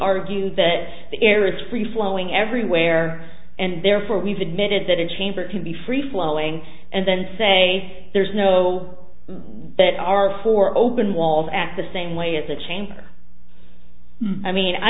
argue that the air is free flowing everywhere and therefore we've admitted that a chamber can be free flowing and then say there's no that are for open walls act the same way as the chain i mean i